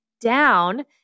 down